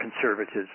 conservatives